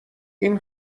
این